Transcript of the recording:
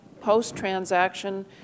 post-transaction